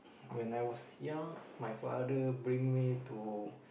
when I was young my father bring me to